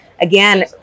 again